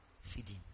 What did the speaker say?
Feeding